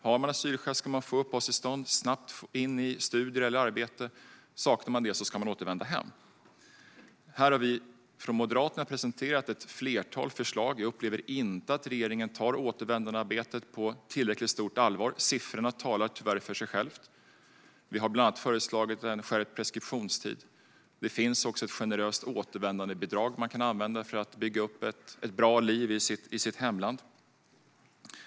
Om man har asylskäl ska man få uppehållstillstånd och snabbt komma in i studier eller arbete. Om man saknar det ska man återvända hem. Moderaterna har presenterat ett flertal förslag vad gäller detta. Jag upplever inte att regeringen tar återvändandearbetet på tillräckligt stort allvar. Siffrorna talar tyvärr för sig själva. Vi har bland annat föreslagit en skärpt preskriptionstid. Det finns även ett generöst återvändandebidrag som man kan använda för att bygga upp ett bra liv i sitt hemland.